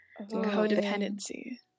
codependency